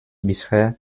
bisher